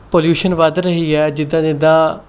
pollution ਵੱਧ ਰਹੀ ਹੈ ਜਿੱਦਾਂ ਜਿੱਦਾਂ